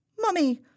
Mummy